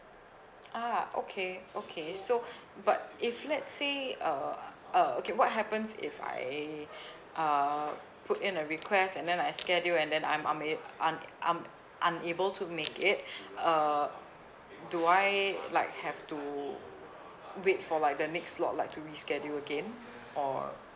ah okay okay so but if let's say uh uh okay what happens if I uh put in a request and then I schedule and then I'm una~ un~ I'm unable to make it uh do I like have to wait for like the next slot like to reschedule again or